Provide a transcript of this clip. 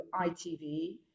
ITV